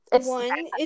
one